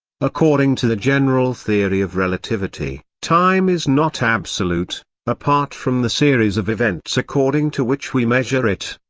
according to the general theory of relativity, time is not absolute apart from the series of events according to which we measure it,